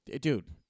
Dude